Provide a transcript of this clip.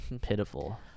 pitiful